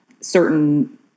certain